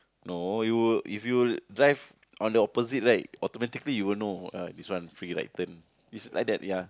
no you will if you'll drive on the opposite right automatically you will know uh this one is free right turn is like that ya